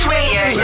Radio